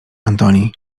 antoni